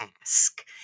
ask